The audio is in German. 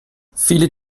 viele